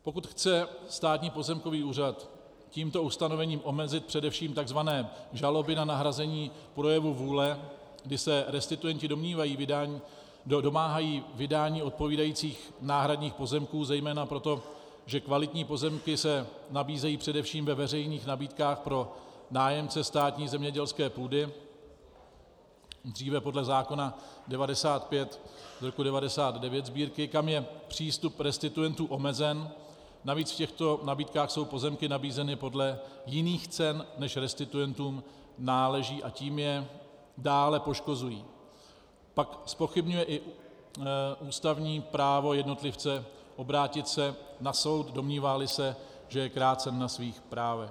Pokud chce Státní pozemkový úřad tímto ustanovením omezit především takzvané žaloby na nahrazení projevu vůle, kdy se restituenti domáhají vydání odpovídajících náhradních pozemků zejména proto, že kvalitní pozemky se nabízejí především ve veřejných nabídkách pro nájemce státní zemědělské půdy, dříve podle zákona č. 95/1999 Sb., kam je přístup restituentů omezen, navíc v těchto nabídkách jsou pozemky nabízeny podle jiných cen, než restituentům náleží, a tím je dále poškozují, pak zpochybňuje i ústavní právo jednotlivce obrátit se na soud, domníváli se, že je krácen na svých právech.